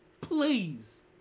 please